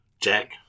Jack